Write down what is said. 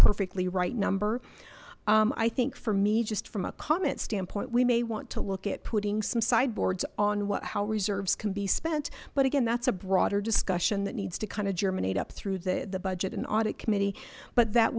perfectly right number i think for me just from a comment standpoint we may want to look at putting some sideboards on what how reserves can be spent but again that's a broader discussion that needs to kind of germinate up through the the budget and audit committee but that